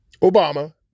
Obama